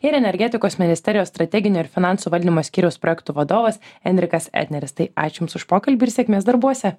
ir energetikos ministerijos strateginio ir finansų valdymo skyriaus projektų vadovas enrikas etneris tai ačiū jums už pokalbį ir sėkmės darbuose